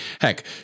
heck